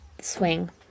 swing